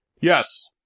Yes